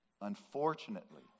unfortunately